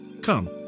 Come